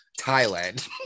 Thailand